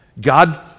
God